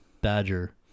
Badger